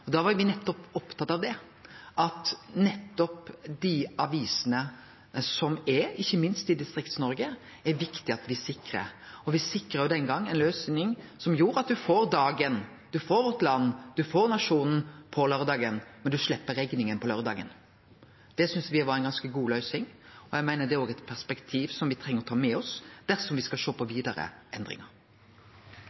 ombering. Da var me opptatt av at ikkje minst dei avisene som er i Distrikts-Noreg, var det viktig at me sikra. Me sikra den gongen ei løysing som gjorde at ein får Dagen, Vårt Land og Nationen på laurdagen, men ein slepp rekningane på laurdagen. Det syntest me var ei ganske god løysing, og eg meiner det er også eit perspektiv som me treng å ta med oss dersom me skal sjå på